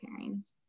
pairings